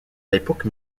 l’époque